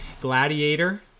Gladiator